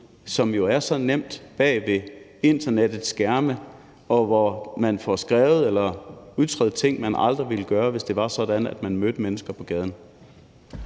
jo er så nemt bag ved internettets skærme, hvor man får skrevet ting eller udtrykt ting, man aldrig ville gøre, hvis det var sådan, at man mødte mennesker på gaden.